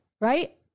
right